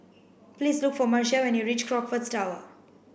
please look for Marcia when you reach Crockfords Tower